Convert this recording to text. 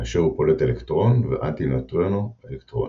כאשר הוא פולט אלקטרון ואנטי-נייטרינו אלקטרוני.